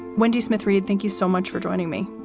wendy smith reid, thank you so much for joining me.